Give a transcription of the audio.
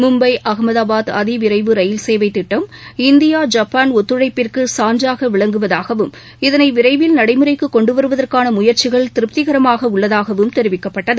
மும்பை அகமதாபாத் அதிவிரைவு ரயில் சேவை திட்டம் இந்தியா ஜப்பான் ஒத்தழைப்பிற்கு சான்றாக விளங்குவதாகவும் இதனை விரைவில் நடைமுறைக்கு கொண்டு வருவதற்கான முயற்சிகள் திருப்திகரமாக உள்ளதாகவும் தெரிவிக்கப்பட்டது